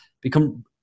become